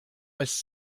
was